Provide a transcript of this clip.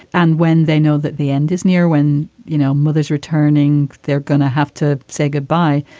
and when they know that the end is near, when you know mothers returning. they're going to have to say goodbye.